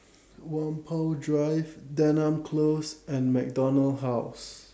Whampoa Drive Denham Close and MacDonald House